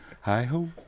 Hi-ho